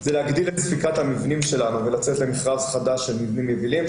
זה להגדיל את ספיקת המבנים שלנו ולצאת למכרז חדש של מבנים יבילים,